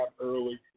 early